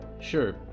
Sure